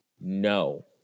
no